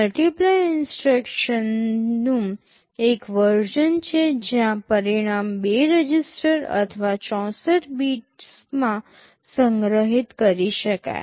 multiply ઇન્સટ્રક્શનનું એક version છે જ્યાં પરિણામ બે રજિસ્ટર અથવા 64 બીટ્સમાં સંગ્રહિત કરી શકાય છે